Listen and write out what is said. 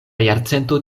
jarcento